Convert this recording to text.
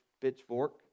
pitchfork